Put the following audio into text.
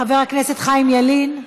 חבר הכנסת חיים ילין,